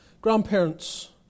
Grandparents